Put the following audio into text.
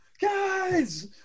Guys